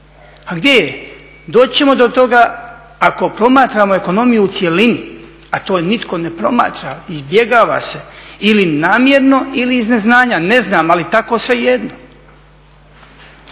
A gdje je? Doći ćemo do toga ako promatramo ekonomiju u cjelini, a to nitko ne promatra, izbjegava se ili namjerno ili iz neznanja, ne znam ali tako je svejedno.